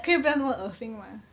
可以不要那么恶心吗